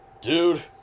Dude